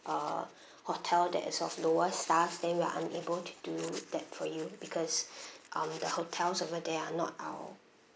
uh hotel that is of lower stars then we are unable to do that for you because um the hotels over there are not our